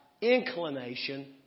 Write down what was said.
inclination